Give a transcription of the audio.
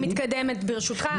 טוב, אני מתקדמת, ברשותך.